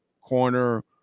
corner